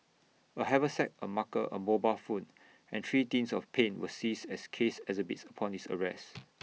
A haversack A marker A mobile phone and three tins of paint were seized as case exhibits upon his arrest